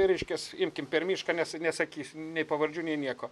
reiškias imkim per mišką nes nesakys nei pavardžių nei nieko